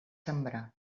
sembrar